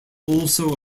also